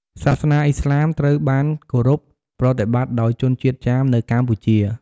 សាសនាអ៊ីស្លាមត្រូវបានគោរពប្រតិបត្តិដោយជនជាតិចាមនៅកម្ពុជា។